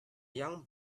young